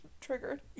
triggered